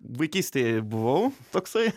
vaikystėje buvau toksai